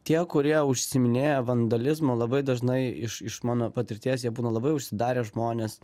tie kurie užsiiminėja vandalizmu labai dažnai iš iš mano patirties jie būna labai užsidarę žmonės